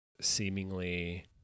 seemingly